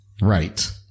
Right